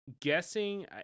guessing